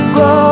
go